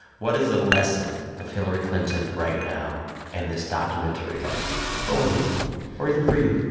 what is the lesson of hillary clinton right now and this documentary for women or even for you?